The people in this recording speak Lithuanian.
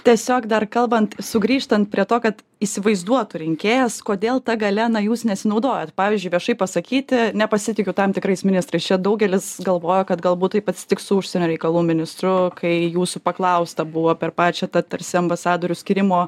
tiesiog dar kalbant sugrįžtant prie to kad įsivaizduotų rinkėjas kodėl ta galia na jūs nesinaudojat pavyzdžiui viešai pasakyti nepasitikiu tam tikrais ministrais čia daugelis galvoja kad galbūt taip atsitiks su užsienio reikalų ministru kai jūsų paklausta buvo per pačią tą tarsi ambasadorių skyrimo